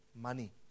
money